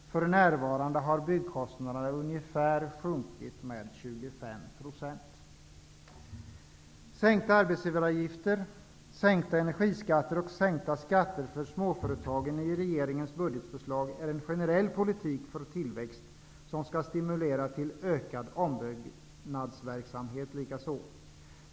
För närvarande uppskattar man att byggkostnaderna har sjunkit med ungefär 25 %. Sänkta arbetsgivaravgifter, sänkta energiskatter och sänkta skatter för småföretagen som föreslås i regeringens budget innebär en generell politik för tillväxt, vilken även skall stimulera till ökad ombyggnadsverksamhet.